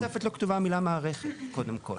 בתוספת לא כתובה המילה מערכת, קודם כל.